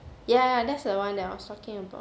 ya ya that's the one that I was talking about